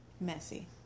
Messy